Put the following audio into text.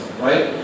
right